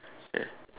ya